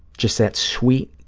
just that sweet,